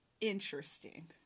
interesting